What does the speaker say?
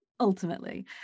ultimately